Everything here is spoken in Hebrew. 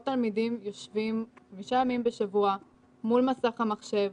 תלמידים יושבים חמישה ימים בשבוע מול מסך המחשב